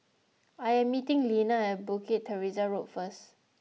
I am meeting Lenna at Bukit Teresa Road first